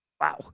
Wow